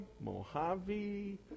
Mojave